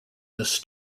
this